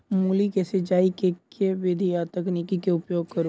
मूली केँ सिचाई केँ के विधि आ तकनीक केँ उपयोग करू?